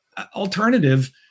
alternative